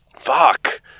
Fuck